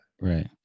Right